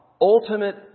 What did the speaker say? ultimate